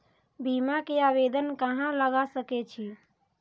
बीमा के आवेदन कहाँ लगा सके छी?